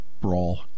brawl